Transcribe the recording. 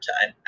time